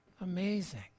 amazing